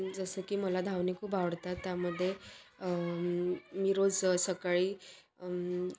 जसं की मला धावणे खूप आवडतात त्यामध्ये मी रोज सकाळी